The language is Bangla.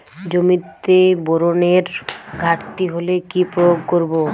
জমিতে বোরনের ঘাটতি হলে কি প্রয়োগ করব?